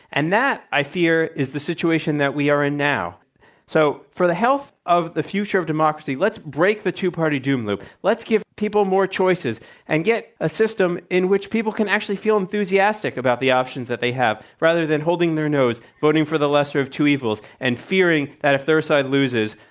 and that, i fear, is the situation that we are in now. and so, for the health of the future of democracy, let's break the two-party doom loop. let's give people more choices and get a system in which people can actually feel enthusiastic about the options that they have rather than holding their nose, voting for the lesser of two evils and fearing that if their side loses,